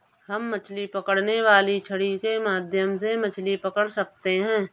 हम मछली पकड़ने वाली छड़ी के माध्यम से मछली पकड़ सकते हैं